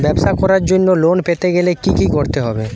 ব্যবসা করার জন্য লোন পেতে গেলে কি কি করতে হবে?